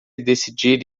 decidir